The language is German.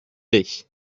dich